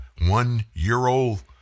one-year-old